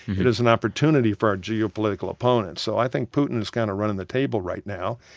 it is an opportunity for our geopolitical opponent. so i think putin is kind of running the table right now.